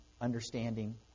understanding